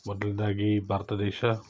ಮೊದಲದಾಗಿ ಭಾರತ ದೇಶ